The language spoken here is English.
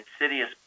insidious